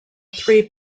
three